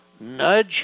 Nudge